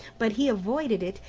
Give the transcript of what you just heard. but he avoided it,